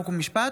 חוק ומשפט,